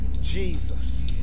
Jesus